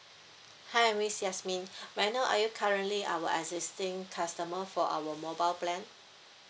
hi miss yasmin may I know are you currently our existing customer for our mobile plan